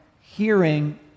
hearing